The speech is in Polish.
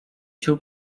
się